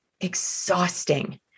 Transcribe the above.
exhausting